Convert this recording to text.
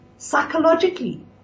Psychologically